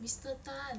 mr tan